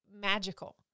magical